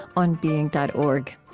onbeing dot org.